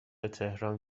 تهران